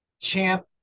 Champ